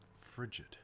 frigid